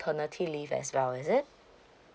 paternity leave as well is it